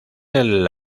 del